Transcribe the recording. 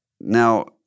Now